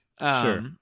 Sure